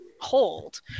hold